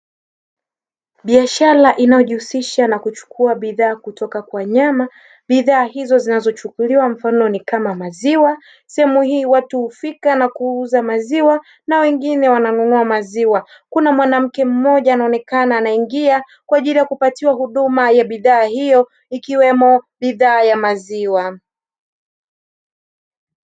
Biashara inayojihusisha na kuchukua bidhaa kutoka kwa wanyama bidhaa hizo zinazochukuliwa mfano ni kama maziwa; sehemu hii watu hufika na kuuza maziwa, na wengine wananunua maziwa. Kuna mwanamke mmoja anaonekana anaingia kwa ajili ya kupatiwa huduma ya bidhaa hiyo, ikiwemo bidhaa ya maziwa.